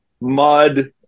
mud